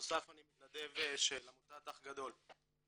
בנוסף אני מתנדב של עמותת אח גדול.